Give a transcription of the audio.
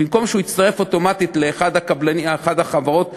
במקום שהוא יצטרף אוטומטית לאחת החברת הגדולות,